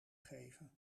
geven